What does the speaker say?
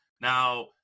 Now